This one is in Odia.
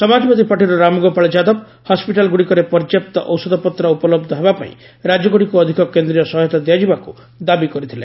ସମାଜବାଦୀ ପାର୍ଟିର ରାମଗୋପାଳ ଯାଦବ ହସ୍କିଟାଲ ଗୁଡ଼ିକରେ ପର୍ଯ୍ୟାପ୍ତ ଔଷଧପତ୍ର ଉପଲବ୍ଧ ହେବାପାଇଁ ରାଜ୍ୟଗୁଡ଼ିକୁ ଅଧିକ କେନ୍ଦ୍ରୀୟ ସହାୟତା ଦିଆଯିବାକୁ ଦାବି କରିଥିଲେ